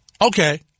Okay